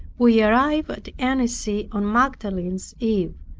we arrived at annecy on magdalene's eve,